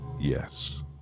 Yes